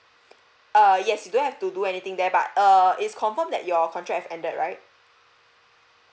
uh yes you don't have to do anything there but err it's confirm that your contract has ended right